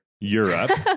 Europe